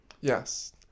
yes